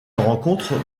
rencontre